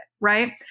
right